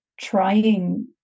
trying